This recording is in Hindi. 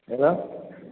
भैया